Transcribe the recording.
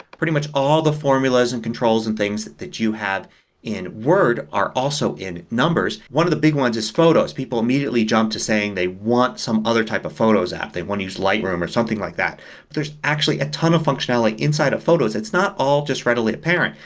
pretty much all the formulas and controls and things that that you have in word are also in numbers. one of the big ones is photos. people immediately jump to saying they want some other type of photos app. they want to use lightroom or something like that. but there's actually a ton of functionality inside of photos. it's all just not readily apparent.